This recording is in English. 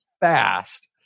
fast